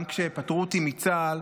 גם כשפטרו אותי מצה"ל,